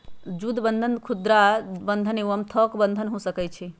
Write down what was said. जुद्ध बन्धन खुदरा बंधन एवं थोक बन्धन हो सकइ छइ